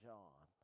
John